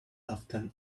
often